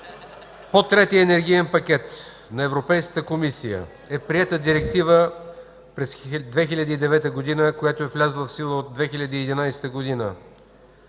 По Третия енергиен проект на Европейската комисия е приета Директива през 2009 г., която е влязла в сила от 2011 г.